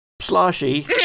Sloshy